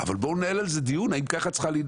אבל בואו ננהל דיון על השאלה האם זאת דמוקרטיה.